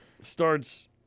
starts